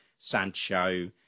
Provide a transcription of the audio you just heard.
Sancho